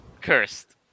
Cursed